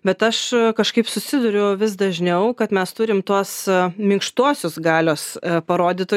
bet aš kažkaip susiduriu vis dažniau kad mes turim tuos minkštuosius galios parodytų